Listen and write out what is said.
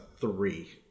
three